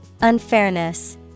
Unfairness